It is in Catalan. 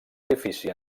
edifici